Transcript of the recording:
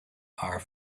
are